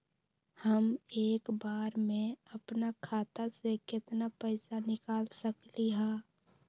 हम एक बार में अपना खाता से केतना पैसा निकाल सकली ह?